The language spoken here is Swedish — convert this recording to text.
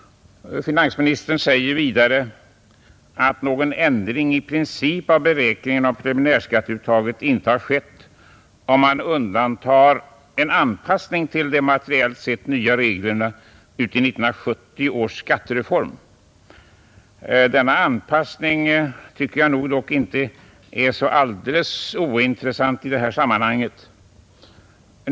Finansministern säger vidare att ”någon ändring i princip av beräkningen för preliminärskatteuttaget inte har skett, om man undantar en anpassning till de materiellt sett nya reglerna i 1970 års skattereform”. Denna ”anpassning” tycker jag dock inte är så alldeles ointressant i det här sammanhanget.